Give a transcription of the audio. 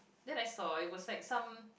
then I saw it was like some